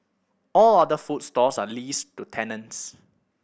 all other food stalls are leased to tenants